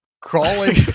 crawling